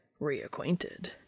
reacquainted